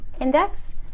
index